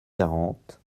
quarante